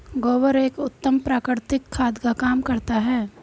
गोबर एक उत्तम प्राकृतिक खाद का काम करता है